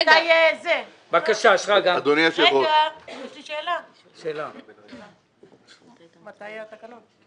יש לי שאלה והיא מתי יהיו התקנות.